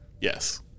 yes